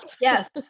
Yes